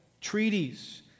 Treaties